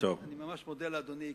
אני ממש מודה לאדוני,